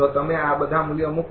જો તમે આ બધા મૂલ્ય મૂકો